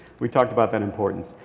we talked about that importance.